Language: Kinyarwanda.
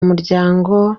muryango